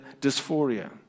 Dysphoria